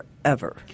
forever